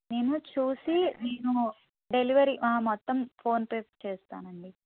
నేను చూసి నేను డెలివరీ మొత్తం ఫోన్పే చేస్తాను అండి